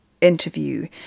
interview